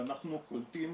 ואנחנו קולטים